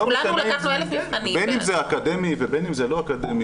כולנו לקחנו 1,000 מבחנים --- בין אם זה אקדמי ובין אם זה לא אקדמי,